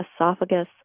esophagus